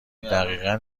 دقیقن